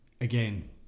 again